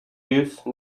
use